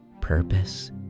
purpose